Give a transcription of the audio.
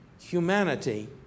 humanity